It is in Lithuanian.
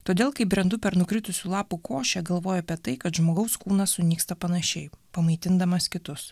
todėl kai brendu per nukritusių lapų košę galvoju apie tai kad žmogaus kūnas sunyksta panašiai pamaitindamas kitus